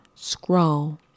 scroll